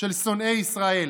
של שונאי ישראל.